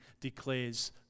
declares